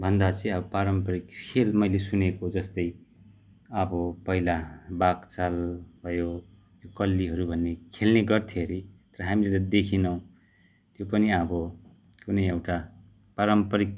भन्दा चाहिँ अब पारम्परिक खेल मैले सुनेको जस्तै अब पहिला बाघचाल भयो कल्लीहरू भन्ने खेल्ने गर्थे अरे तर हामीले त देखेनौँ त्यो पनि अब कुनै एउटा पारम्परिक